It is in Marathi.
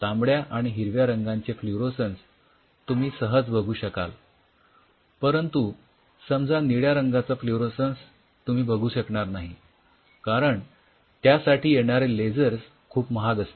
तांबड्या आणि हिरव्या रंगांचे फ्लुरोसन्स तुम्ही सहज बघू शकाल परंतु समजा निळ्या रंगाचा फ्लुरोसन्स तुम्ही बघू शकणार नाही कारण त्यासाठी येणारे लेझर्स खूप महाग असतात